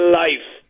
life